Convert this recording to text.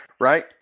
right